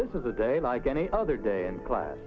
this is a day like any other day in class